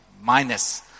minus